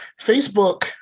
Facebook